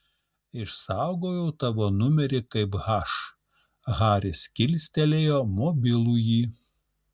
išsaugojau tavo numerį kaip h haris kilstelėjo mobilųjį